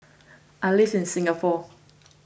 I live in Singapore